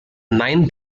nine